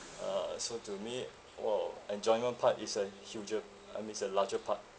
uh so to me !whoa! enjoyment part is a huge-r I mean is a larger part